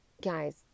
guys